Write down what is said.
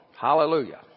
hallelujah